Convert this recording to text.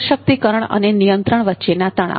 સશક્તિકરણ અને નિયંત્રણ વચ્ચેના તણાવ